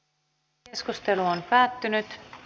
keskustelu päättyi